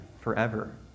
forever